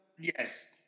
Yes